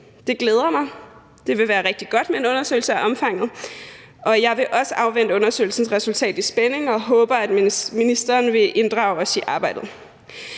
Det glæder mig, det ville være rigtig godt med en undersøgelse af omfanget, og jeg vil også afvente undersøgelsens resultat i spænding og håber, at ministeren vil inddrage os i arbejdet.